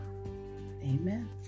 amen